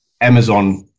Amazon –